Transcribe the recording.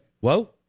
Whoa